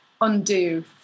undo